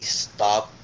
stop